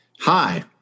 Hi